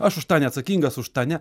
aš už tą neatsakingas už tą ne